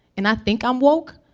and i think i'm woke.